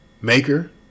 maker